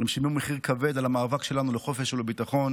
הם שילמו מחיר כבד על המאבק שלנו לחופש ולביטחון,